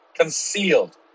concealed